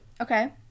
Okay